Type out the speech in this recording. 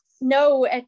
no